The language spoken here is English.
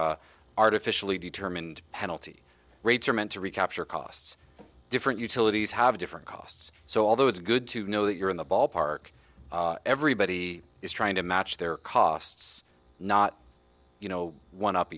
artificially determined penalty rates are meant to recapture costs different utilities have different costs so although it's good to know that you're in the ballpark everybody is trying to match their costs not you know one up